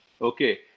okay